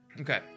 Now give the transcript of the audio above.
Okay